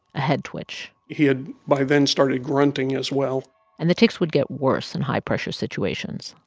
a head twitch he had, by then, started grunting as well and the tics would get worse in high-pressure situations,